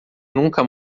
nunca